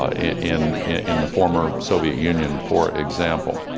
um in in the former soviet union, for example.